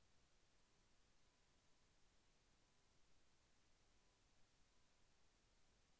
మొక్క జొన్న పంటకు ఎలాంటి నేల మంచిది?